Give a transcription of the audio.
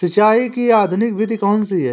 सिंचाई की आधुनिक विधि कौनसी हैं?